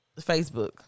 Facebook